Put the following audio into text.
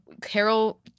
Carol